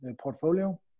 portfolio